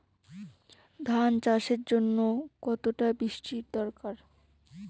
ধান চাষের জন্য কতটা বৃষ্টির দরকার?